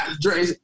Dre